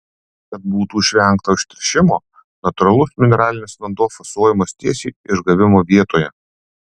kad būtų išvengta užteršimo natūralus mineralinis vanduo fasuojamas tiesiai išgavimo vietoje